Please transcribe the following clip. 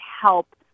help